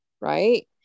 right